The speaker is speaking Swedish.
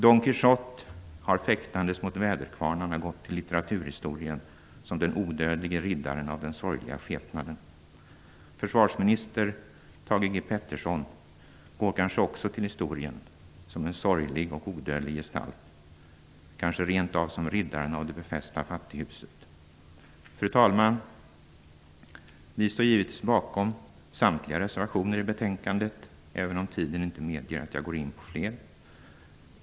Don Quijote har fäktandes mot väderkvarnarna gått till litteraturhistorien som den odödlige riddaren av den sorgliga skepnaden. Försvarsminister Thage G Peterson går kanske också till historien som en sorglig och odödlig gestalt - kanske rent av som riddaren av det befästa fattighuset. Fru talman! Vi står givetvis bakom samtliga reservationer i betänkandet, även om tiden inte medger att jag går in på fler.